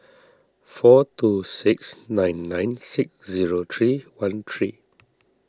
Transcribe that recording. four two six nine nine six zero three one three